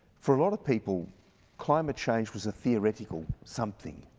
for a lot of people climate change was a theoretical something.